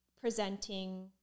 presenting